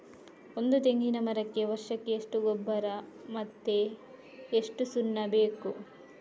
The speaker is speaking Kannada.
ಒಂದು ತೆಂಗಿನ ಮರಕ್ಕೆ ವರ್ಷಕ್ಕೆ ಎಷ್ಟು ಗೊಬ್ಬರ ಮತ್ತೆ ಎಷ್ಟು ಸುಣ್ಣ ಬೇಕು?